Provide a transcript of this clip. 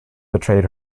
betrayed